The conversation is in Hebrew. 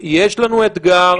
יש לנו אתגר.